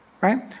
Right